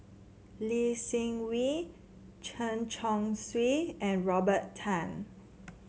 Lee Seng Wee Chen Chong Swee and Robert Tan